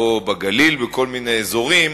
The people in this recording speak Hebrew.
או בגליל בכל מיני אזורים,